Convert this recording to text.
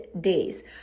days